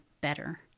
better